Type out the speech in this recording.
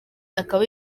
akaba